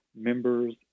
members